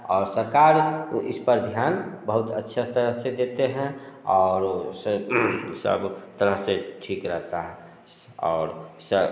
और सरकार को इस पर ध्यान बहुत अच्छे तरह से देते हैं और उसे सब तरह से ठीक रहता है और सब